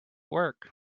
work